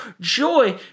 joy